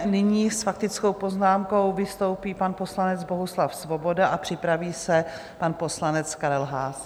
Nyní s faktickou poznámkou vystoupí pan poslanec Bohuslav Svoboda a připraví se pan poslanec Karel Haas.